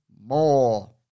more